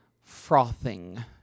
frothing